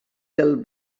del